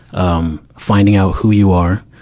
um, finding out who you are,